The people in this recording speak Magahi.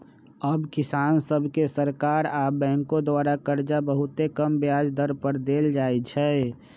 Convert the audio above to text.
अब किसान सभके सरकार आऽ बैंकों द्वारा करजा बहुते कम ब्याज पर दे देल जाइ छइ